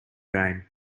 game